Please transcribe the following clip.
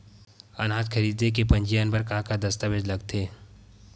अनाज खरीदे के पंजीयन बर का का दस्तावेज लगथे?